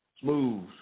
Smooth